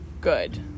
good